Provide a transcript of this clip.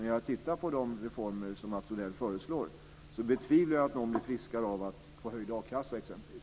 Men efter att ha tittat på de reformer som Mats Odell föreslår betvivlar jag att någon blir friskare av att få höjd a-kassa exempelvis.